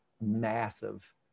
massive